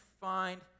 find